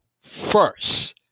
first